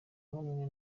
numwe